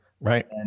Right